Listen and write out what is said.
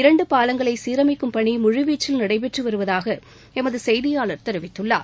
இரண்டு பாலங்களை சீரமைக்கும் பணி முழுவீச்சில் நடைபெற்று வருவதாக எமது செய்தியாளர் தெரிவித்துள்ளார்